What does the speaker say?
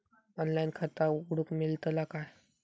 Online खाता उघडूक मेलतला काय?